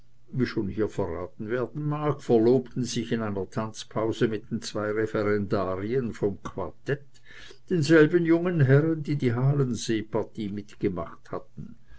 wie schon hier verraten werden mag verlobten sich in einer tanzpause mit den zwei referendarien vom quartett denselben jungen herren die die halenseepartie mitgemacht hatten